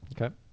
Okay